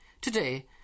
Today